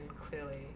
clearly